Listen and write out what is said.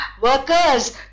workers